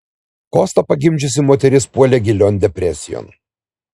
kostą pagimdžiusi moteris puolė gilion depresijon